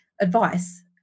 advice